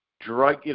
drug